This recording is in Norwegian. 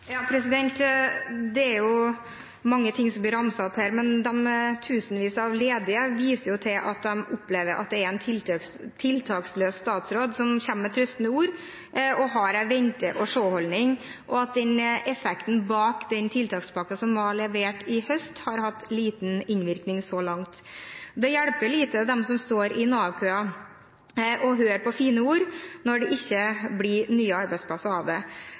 Det er mange ting som blir ramset opp her, men de tusenvis av ledige viser til at de opplever at det er en tiltaksløs statsråd som kommer med trøstende ord og har en vente-og-se-holdning, og at den tiltakspakken som ble levert i høst, har hatt liten innvirkning så langt. Det hjelper lite for dem som står i Nav-køen, å høre på fine ord når det ikke blir nye arbeidsplasser av det.